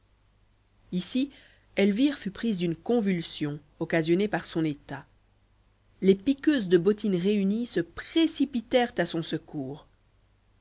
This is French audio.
ici elvire fut prise d'une convulsion occasionnée par son état les piqueuses de bottines réunies se précipitèrent à son secours